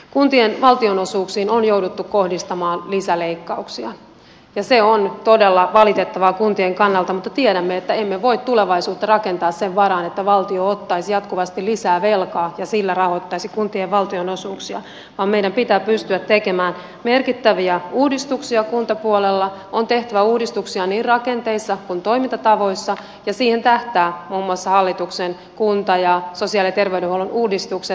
kuntien valtionosuuksiin on jouduttu kohdistamaan lisäleikkauksia ja se on todella valitettavaa kuntien kannalta mutta tiedämme että emme voi tulevaisuutta rakentaa sen varaan että valtio ottaisi jatkuvasti lisää velkaa ja sillä rahoittaisi kuntien valtionosuuksia vaan meidän pitää pystyä tekemään merkittäviä uudistuksia kuntapuolella on tehtävä uudistuksia niin rakenteissa kuin toimintatavoissa ja siihen tähtäävät muun muassa hallituksen kunta ja sosiaali ja terveydenhuollon uudistukset